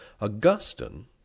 Augustine